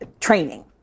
training